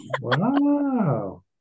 Wow